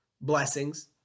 blessings